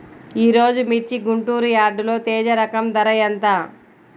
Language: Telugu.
ఈరోజు మిర్చి గుంటూరు యార్డులో తేజ రకం ధర ఎంత?